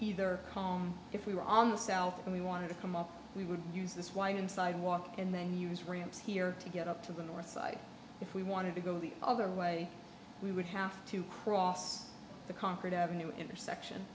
either home if we were on the south and we wanted to come up we would use this wind and sidewalk and then use ramps here to get up to the north side if we wanted to go the other way we would have to cross the concord ave intersection